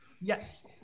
Yes